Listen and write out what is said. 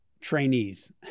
trainees